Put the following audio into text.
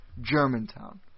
Germantown